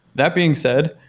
that being said,